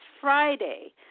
Friday